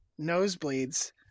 nosebleeds